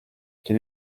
quel